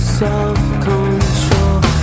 self-control